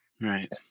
Right